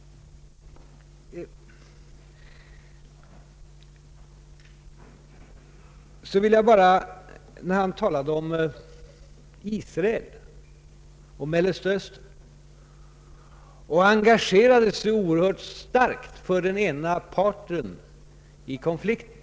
När han talade om Mellersta Östern, engagerade han sig emellertid oerhört starkt för den ena parten i konflikten.